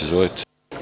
Izvolite.